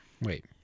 wait